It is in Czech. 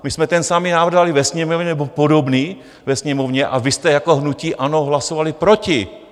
My jsme ten samý návrh dali ve Sněmovně, nebo podobný ve Sněmovně, a vy jste jako hnutí ANO hlasovali proti.